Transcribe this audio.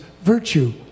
virtue